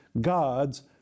God's